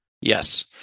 Yes